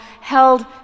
held